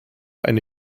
eine